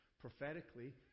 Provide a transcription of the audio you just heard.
prophetically